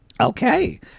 Okay